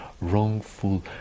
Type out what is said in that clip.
wrongful